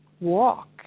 walk